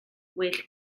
well